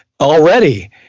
already